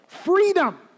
Freedom